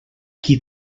qui